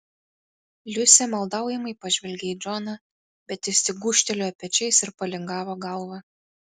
liusė maldaujamai pažvelgė į džoną bet jis tik gūžtelėjo pečiais ir palingavo galvą